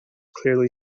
clearly